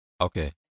Okay